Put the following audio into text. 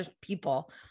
people